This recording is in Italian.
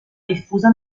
diffusa